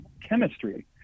chemistry